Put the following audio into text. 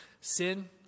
sin